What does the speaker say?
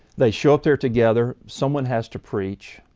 they show up there together. someone has to preach.